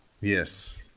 Yes